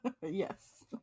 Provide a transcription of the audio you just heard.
Yes